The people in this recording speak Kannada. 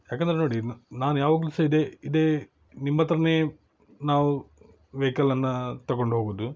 ಯಾಕಂದ್ರೆ ನೋಡಿ ನಾನು ಯಾವಾಗಲೂ ಸಹ ಇದೆ ಇದೇ ನಿಮ್ಮ ಹತ್ರನೇ ನಾವು ವೆಯ್ಕಲನ್ನ ತಗೊಂಡು ಹೋಗೋದು